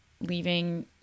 leaving